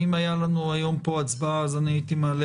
אם הייתה לנו היום פה הצבעה אז אני הייתי מעלה